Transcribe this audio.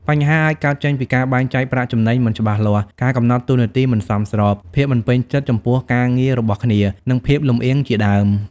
បញ្ហាអាចកើតចេញពីការបែងចែកប្រាក់ចំណេញមិនច្បាស់លាស់ ការកំណត់តួនាទីមិនសមស្រប ភាពមិនពេញចិត្តចំពោះការងាររបស់គ្នា និងភាពលម្អៀងជាដើម។